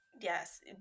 Yes